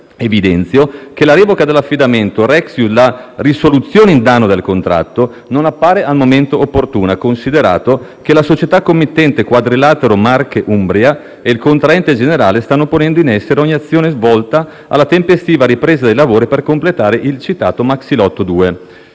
evidenzio che la revoca dell'affidamento - *rectius* la risoluzione in danno del contratto - non appare al momento opportuna, considerato che la società committente Quadrilatero Marche Umbria e il contraente generale stanno ponendo in essere ogni azione volta alla tempestiva ripresa dei lavori per completare il citato maxilotto 2.